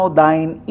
thine